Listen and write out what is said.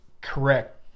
correct